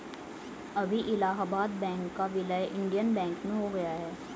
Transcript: अभी इलाहाबाद बैंक का विलय इंडियन बैंक में हो गया है